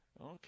okay